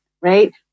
right